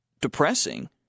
depressing